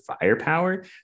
firepower